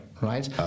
right